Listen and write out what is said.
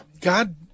God